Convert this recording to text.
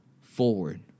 forward